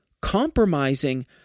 compromising